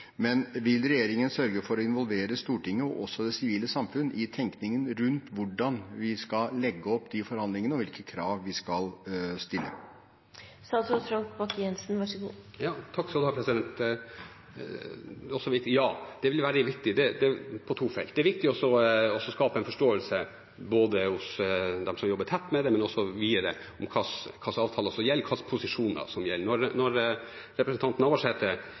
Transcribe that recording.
men vil regjeringen sørge for å involvere Stortinget og også det sivile samfunn i tenkningen rundt hvordan vi skal legge opp de forhandlingene, og hvilke krav vi skal stille? Ja, det vil være viktig, på to felt. Det er viktig å skape en forståelse hos dem som jobber tett med det, men også videre, om hva slags avtaler som gjelder, hvilke posisjoner som gjelder. Representanten Navarsete